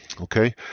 Okay